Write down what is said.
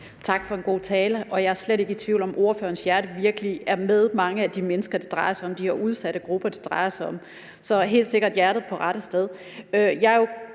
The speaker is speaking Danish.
Tak for en god tale, og jeg er slet ikke i tvivl om, at ordførerens hjerte virkelig er med mange af de mennesker, de her udsatte grupper, det drejer sig om. Så hjertet er helt sikkert på rette sted.